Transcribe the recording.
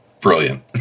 brilliant